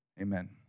Amen